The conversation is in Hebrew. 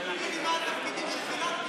תגיד לי מה התפקידים שחילקתי.